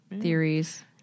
theories